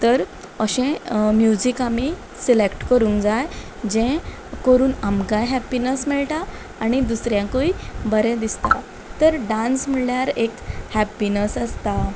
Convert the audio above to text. तर अशे म्युजीक आमी सिलेक्ट करूंक जाय जे करून आमकांय हॅपिनस मेळटा आनी दुसऱ्यांकूय बरें दिसता तर डांस म्हणल्यार एक हॅप्पिनस आसता